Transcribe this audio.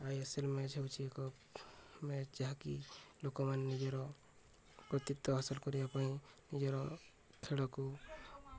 I S L match ହେଉଛିି ଏକ match ଯାହାକି ଲୋକମାନେ ନିଜର କୃତିତ୍ୱ ହାସଲ କରିବା ପାଇଁ ନିଜର ଖେଳକୁ